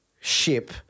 ship